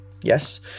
yes